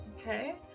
Okay